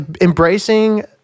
embracing